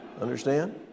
Understand